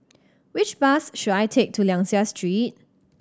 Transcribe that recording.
which bus should I take to Liang Seah Street